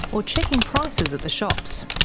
or checking prices at the shops.